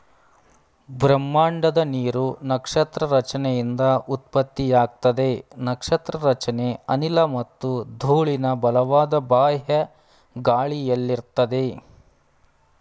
ಬ್ರಹ್ಮಾಂಡದ ನೀರು ನಕ್ಷತ್ರ ರಚನೆಯಿಂದ ಉತ್ಪತ್ತಿಯಾಗ್ತದೆ ನಕ್ಷತ್ರ ರಚನೆ ಅನಿಲ ಮತ್ತು ಧೂಳಿನ ಬಲವಾದ ಬಾಹ್ಯ ಗಾಳಿಯಲ್ಲಿರ್ತದೆ